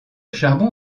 charbon